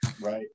Right